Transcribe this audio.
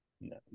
No